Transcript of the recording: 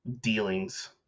dealings